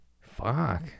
Fuck